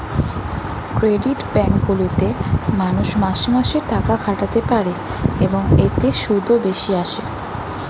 credit bank গুলিতে মানুষ মাসে মাসে টাকা খাটাতে পারে, এবং এতে সুদও বেশি আসে